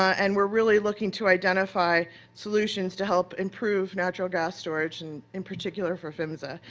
and we're really looking to identify solutions to help improve natural gas storage and in particular for phmsa.